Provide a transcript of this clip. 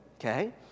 Okay